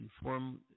inform